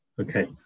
okay